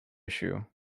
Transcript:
issue